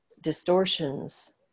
distortions